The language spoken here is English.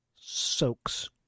soaks